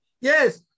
Yes